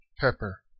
Pepper